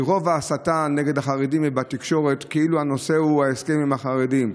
מרוב ההסתה נגד החרדים בתקשורת כאילו הנושא הוא ההסכם עם החרדים,